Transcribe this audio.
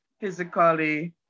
physically